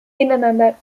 ineinander